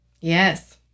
Yes